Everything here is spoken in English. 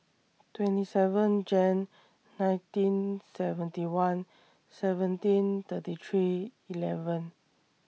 twenty seven Jan nineteen seventy one seventeen thirty three eleven